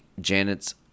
Janet's